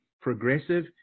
progressive